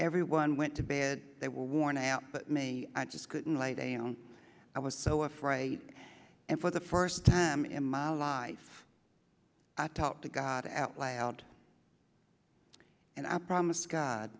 everyone went to bed they were worn out but me i just couldn't lay they know i was so afraid and for the first time in my life i talked to god at lie out and i promised god